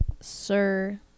sir